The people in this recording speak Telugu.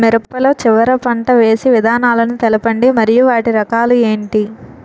మిరప లో చివర పంట వేసి విధానాలను తెలపండి మరియు వాటి రకాలు ఏంటి